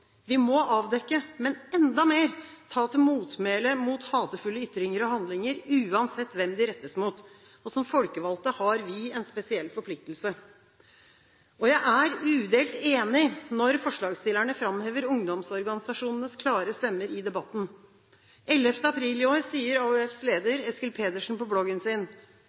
Vi må avdekke, men enda mer, ta til motmæle mot hatefulle ytringer og handlinger – uansett hvem de rettes mot. Som folkevalgte har vi en spesiell forpliktelse. Jeg er udelt enig når forslagsstillerne framhever ungdomsorganisasjonenes klare stemmer i debatten. Den 11. april i år sier AUFs leder, Eskil Pedersen, på bloggen sin: